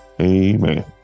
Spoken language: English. Amen